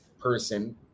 person